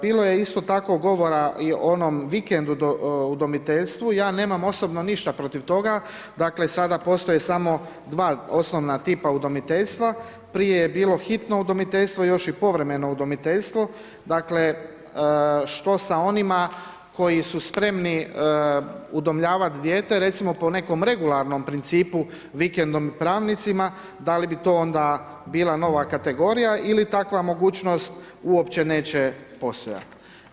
Bilo je isto tako govora i o onom vikendu udomiteljstvu, ja nemam ništa protiv toga, dakle, sada postoje samo dva osnovna tipa udomiteljstva, prije je bilo hitno udomiteljstvo, još i povremeno udomiteljstvo, dakle, što sa onima koji su spremni udomljavati dijete, recimo po nekom regularnom principu, vikendom i pravnicima, da li bi to onda bila nova kategorija ili takva mogućnost uopće neće postojati.